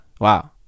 wow